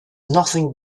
nothing